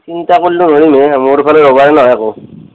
চিন্তা কৰ্লিও হেৰি নহে মোৰ ফালে হবাই নৰে একো